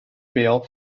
bill